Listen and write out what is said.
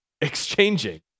exchanging